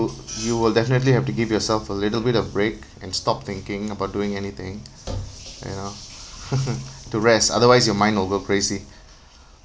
you will definitely have to give yourself a little bit of brake and stop thinking about doing anything you know to rest otherwise your mind will go crazy